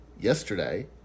yesterday